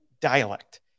dialect